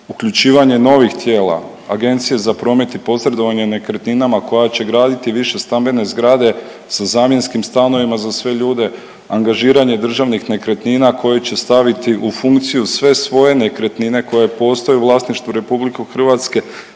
uključivanje novih tijela Agencije za promet i posredovanje nekretninama koja će graditi višestambene zgrade sa zamjenskim stanovima za sve ljude, angažiranje državnih nekretnina koje će staviti u funkciju sve svoje nekretnine koje postoje u vlasništvu RH 7 vrsta